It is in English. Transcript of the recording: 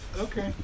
okay